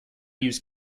use